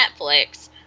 Netflix